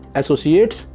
associates